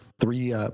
three